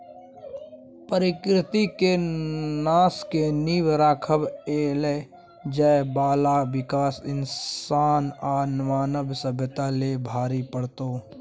प्रकृति के नाश के नींव राइख कएल जाइ बाला विकास इंसान आ मानव सभ्यता लेल भारी पड़तै